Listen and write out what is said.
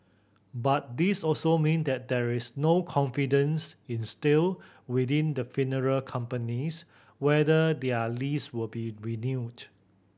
but this also mean that there is no confidence instilled within the funeral companies whether their lease will be renewed